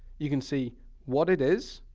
you can see what it is,